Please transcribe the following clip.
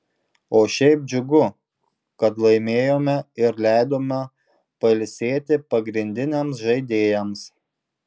o šiaip džiugu kad laimėjome ir leidome pailsėti pagrindiniams žaidėjams